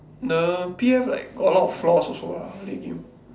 the P_F like got a lot of floors also lah that game